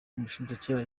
umushinjacyaha